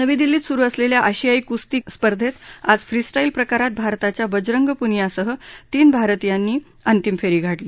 नवी दिल्लीत सुरु असलेल्या आशियाई कुस्ती स्पर्धेत आज फ्रिस ईल प्रकारात भारताच्या बजरंग पुनियासह तीन भारतीयांनी आज अंतिम फेरी गाठली